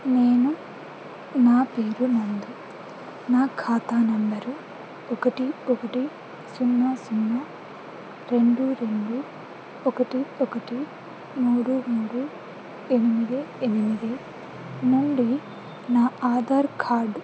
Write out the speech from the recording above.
నేను నా పేరు నందు నా ఖాతా నెంబరు ఒకటి ఒకటి సున్నా సున్నా రెండు రెండు ఒకటి ఒకటి మూడు మూడు ఎనిమిది ఎనిమిది నుండి నా ఆధార్ కార్డు